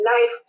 life